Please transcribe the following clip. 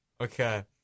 Okay